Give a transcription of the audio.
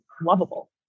lovable